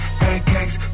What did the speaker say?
pancakes